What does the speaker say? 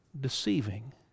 deceiving